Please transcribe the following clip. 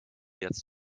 jetzt